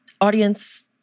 Audience